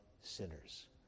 sinners